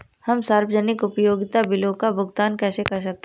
हम सार्वजनिक उपयोगिता बिलों का भुगतान कैसे कर सकते हैं?